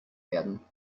werden